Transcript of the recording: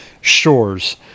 shores